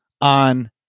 on